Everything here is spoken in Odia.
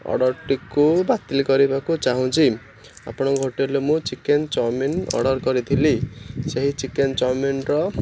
ଅର୍ଡ଼ର୍ଟିକୁ ବାତିଲ୍ କରିବାକୁ ଚାହୁଁଛି ଆପଣଙ୍କ ହୋଟେଲରେ ମୁଁ ଚିକେନ୍ ଚାଓମିନ୍ ଅର୍ଡ଼ର୍ କରିଥିଲି ସେହି ଚିକେନ୍ ଚାଓମିନ୍ର